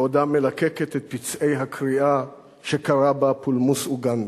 בעודה מלקקת את פצעי הקריעה שקרע בה פולמוס אוגנדה.